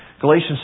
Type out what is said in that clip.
Galatians